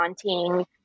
daunting